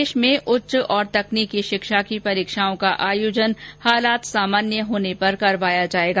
प्रदेश में उच्च और तकनीकी शिक्षा की परीक्षाओं का आयोजन हालात सामान्य होने पर करवाया जाएगा